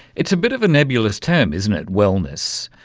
it's a bit of a nebulous term, isn't it, wellness?